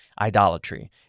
idolatry